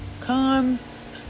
comes